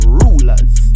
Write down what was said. rulers